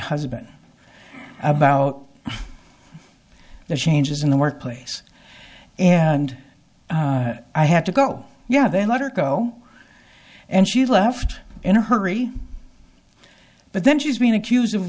husband about the changes in the workplace and i had to go yeah they let her go and she left in a hurry but then she's been accused of